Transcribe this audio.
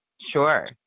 sure